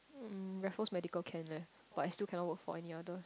um Raffles Medical can leh but I still cannot work for any other